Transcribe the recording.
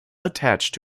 attached